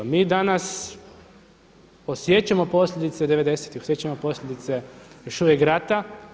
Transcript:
Mi danas osjećamo posljedice 90-tih, osjećamo posljedice još uvijek rata.